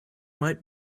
might